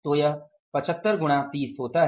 तो यह 75 गुणा 30 होता है